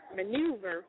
maneuver